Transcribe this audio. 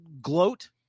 gloat